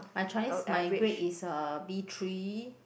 I Chinese my grade is uh B three